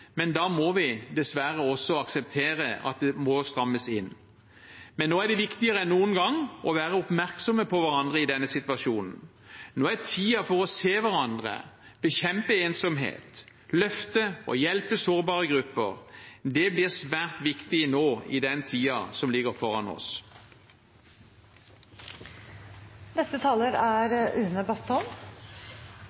men da må vi dessverre også akseptere at det må strammes inn. Nå er det viktigere enn noen gang å være oppmerksom på hverandre i denne situasjonen. Nå er tiden for å se hverandre, bekjempe ensomhet, løfte og hjelpe sårbare grupper. Det blir svært viktig i den tiden som ligger foran